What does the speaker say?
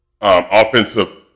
offensive